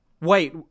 wait